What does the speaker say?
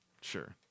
Sure